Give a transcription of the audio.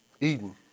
Eden